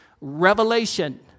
revelation